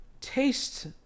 taste